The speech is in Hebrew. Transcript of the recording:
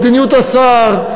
מדיניות השר,